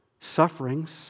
sufferings